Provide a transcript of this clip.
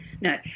No